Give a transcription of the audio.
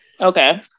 Okay